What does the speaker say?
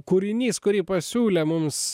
kūrinys kurį pasiūlė mums